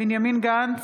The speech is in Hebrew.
בנימין גנץ,